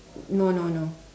no no no